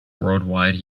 worldwide